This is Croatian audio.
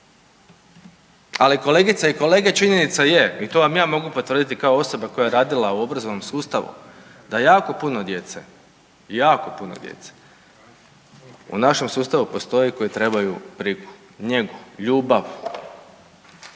ali kolegice i kolege činjenica je i to vam ja mogu potvrditi kao osoba koja je radila u obrazovnom sustavu da jako puno djece, jako puno djece u našem sustavu postoji koji trebaju brigu, njegu, ljubav.